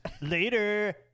Later